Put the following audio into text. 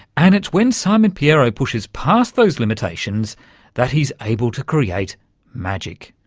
and it's when simon pierro pushes past those limitations that he's able to create magic.